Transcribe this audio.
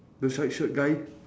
the stripe shirt guy